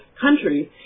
countries